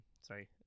Sorry